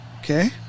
Okay